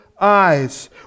eyes